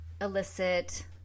elicit